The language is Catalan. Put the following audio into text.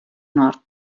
nord